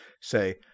say